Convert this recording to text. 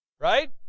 right